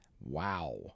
Wow